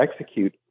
execute